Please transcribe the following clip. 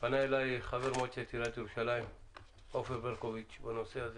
פנה אלי חבר מועצת עירית ירושלים עופר ברקוביץ' בנושא הזה,